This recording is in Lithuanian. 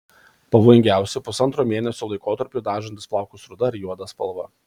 pavojingiausi pusantro mėnesio laikotarpiui dažantys plaukus ruda ar juoda spalva